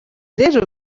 rero